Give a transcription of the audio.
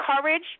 courage